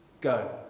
Go